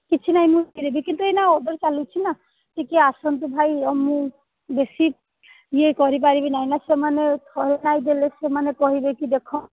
କିଛିନାହିଁ ମୁଁ କିନ୍ତୁ ଏଇନା ଅର୍ଡ଼ର ଚାଲୁଛି ନା ଟିକେ ଆସନ୍ତୁ ଭାଇ ମୁଁ ବେଶୀ ଇଏ କରିପାରିବି ନାହିଁନା ସେମାନେ ସେମାନେ କହିବେକି ଦେଖ